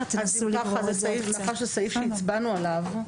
אז אם ככה, זה סעיף שהצבענו עליו,